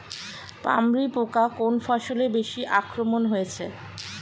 পামরি পোকা কোন ফসলে বেশি আক্রমণ হয়েছে?